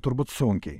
turbūt sunkiai